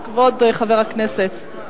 כבוד חבר הכנסת,